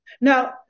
Now